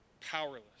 powerless